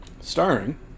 starring